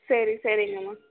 சரி சரிங்கம்மா